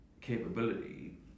capability